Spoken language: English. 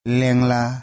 lengla